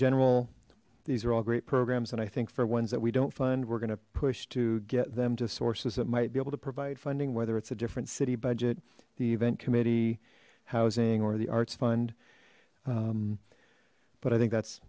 general these are all great programs and i think for ones that we don't fund we're going to push to get them to sources that might be able to provide funding whether it's a different city budget the event committee housing or the arts fund but i think that's